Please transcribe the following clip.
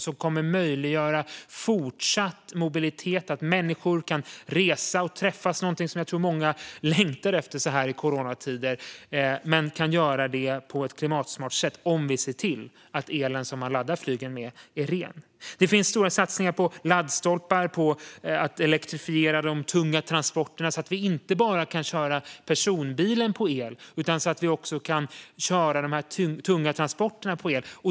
Det kommer att möjliggöra fortsatt mobilitet så att människor kan resa och träffas, vilket är någonting som jag tror att många längtar efter så här i coronatider. Det kan vi göra på ett klimatsmart sätt om vi ser till att elen som flygen laddas med är ren. Det finns stora satsningar på laddstolpar och på att elektrifiera de tunga transporterna så att vi inte bara kan köra personbilen på el utan också de tunga transporterna.